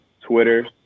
Twitter